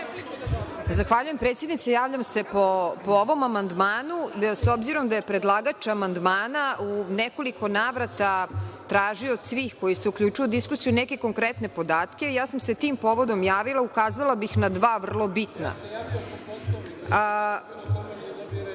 Zahvaljujem, predsednice. Javljam se po ovom amandmanu, s obzirom da je predlagač amandmana u nekoliko navrata tražio od svih koji se uključuju u diskusiju neke konkretne podatke i ja sam se tim povodom javila i ukazala bih na dva vrlo bitna. Slučaj